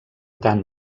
tant